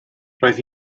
roedd